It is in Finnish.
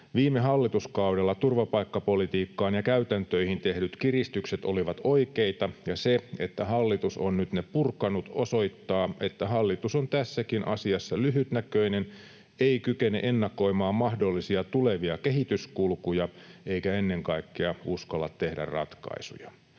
Viime hallituskaudella turvapaikkapolitiikkaan ja -käytäntöihin tehdyt kiristykset olivat oikeita, ja se, että hallitus on nyt ne purkanut, osoittaa, että hallitus on tässäkin asiassa lyhytnäköinen, ei kykene ennakoimaan mahdollisia tulevia kehityskulkuja eikä ennen kaikkea uskalla tehdä ratkaisuja.